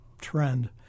trend